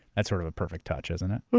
that's sort of a perfect touch isn't it?